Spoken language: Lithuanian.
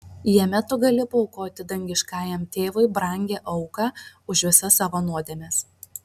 jame tu gali paaukoti dangiškajam tėvui brangią auką už visas savo nuodėmes